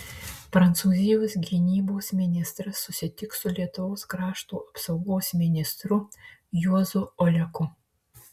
prancūzijos gynybos ministras susitiks su lietuvos krašto apsaugos ministru juozu oleku